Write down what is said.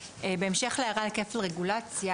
בהמשך להערה על כפל רגולציה.